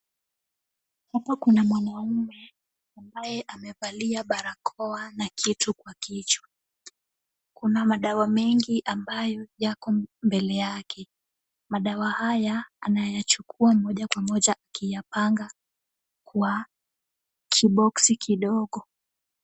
Hapa kuna mwanaume ambaye amevalia barakoa na kitu kwa kichwa. Kuna madawa mengi ambayo yako mbele yake. Madawa haya, anayachukua moja kwa moja akiyapanga kwa ki box kidogo.